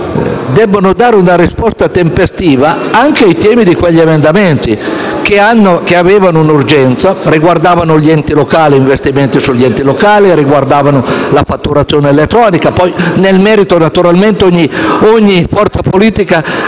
debbano dare una risposta tempestiva anche ai temi contenuti in quegli emendamenti che avevano un'urgenza e che riguardavano gli investimenti sugli enti locali e la fatturazione elettronica. Nel merito, naturalmente, ogni forza politica